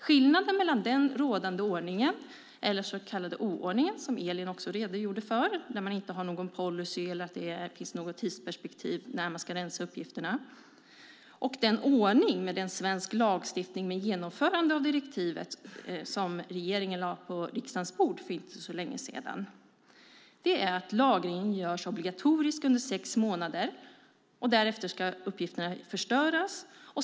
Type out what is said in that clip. Skillnaden mellan den rådande ordningen, eller den så kallade oordningen som Elin redogjorde för, där det inte finns någon policy eller tidsperspektiv för när uppgifterna ska rensas, och den ordning med svensk lagstiftning för genomförande av direktivet som regeringen lade på riksdagens bord för inte så länge sedan, är att lagringen görs obligatorisk under sex månader. Därefter ska uppgifterna förstöras.